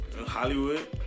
Hollywood